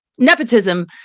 Nepotism